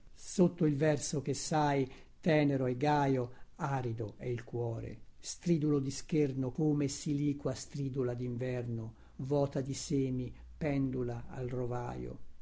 sotto il verso che sai tenero e gaio arido è il cuore stridulo di scherno come siliqua stridula dinverno vta di semi pendula al rovaio